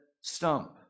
stump